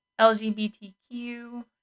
LGBTQ